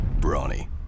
Brawny